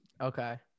Okay